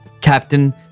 Captain